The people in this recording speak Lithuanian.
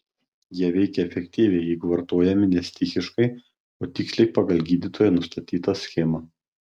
jie veikia efektyviai jeigu vartojami ne stichiškai o tiksliai pagal gydytojo nustatytą schemą